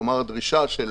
כלומר, דרישה של